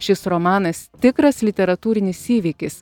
šis romanas tikras literatūrinis įvykis